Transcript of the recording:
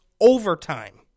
overtime